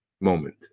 moment